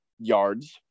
yards –